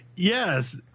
Yes